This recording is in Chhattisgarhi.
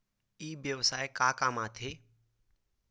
ई व्यवसाय का काम आथे?